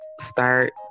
Start